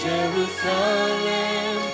Jerusalem